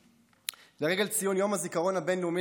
לרגל ציון יום הזיכרון הבין-לאומי